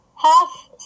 Half